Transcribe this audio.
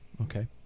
Okay